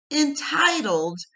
entitled